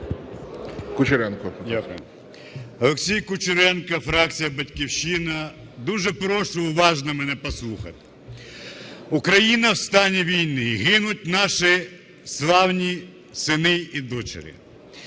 Олексій Кучеренко, фракція "Батьківщина". Дуже прошу уважно мене послухати. Україна в стані війни, гинуть наші славні сини і дочки.